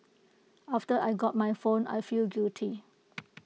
after I got my phone I feel guilty